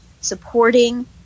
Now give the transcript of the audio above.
supporting